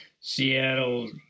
Seattle